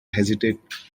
hesitate